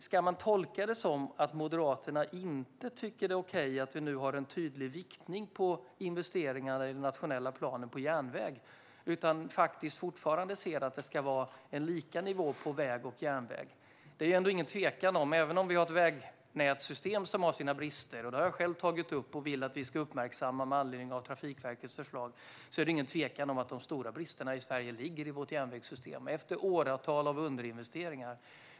Ska man tolka det som att Moderaterna inte tycker det är okej att vi nu har en tydlig viktning för järnväg på investeringarna i den nationella planen utan fortfarande ser att det ska vara en lika nivå på väg och järnväg? Vi har ett vägnätsystem som har sina brister. Det har jag själv tagit upp och vill att vi ska uppmärksamma med anledning av Trafikverkets förslag. Men det är ingen tvekan om att de stora bristerna i Sverige ligger i vårt järnvägssystem efter åratal av underinvesteringar.